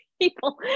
people